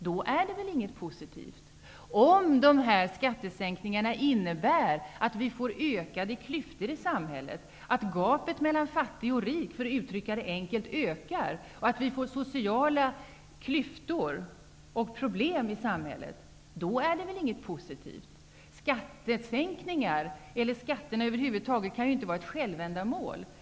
Det är väl inte positivt om dessa sänkta skatter innebär att vi får ökade sociala klyftor och problem i samhället och att gapet mellan fattiga och rika ökar -- för att uttrycka det hela enkelt. Skatter och skattesänkningar över huvud taget kan inte vara ett självändamål.